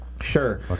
Sure